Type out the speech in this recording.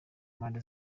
mpande